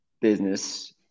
business